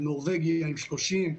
נורבגיה עם 30,